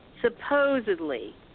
Supposedly